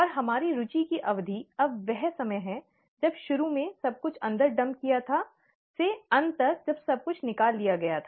और हमारी रुचि की अवधि अब वह समय है जब शुरू में सब कुछ अंदर डंप किया था से अंत तक जब सब कुछ निकाल लिए गया था